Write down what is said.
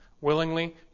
willingly